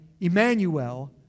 Emmanuel